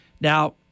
Now